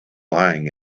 lying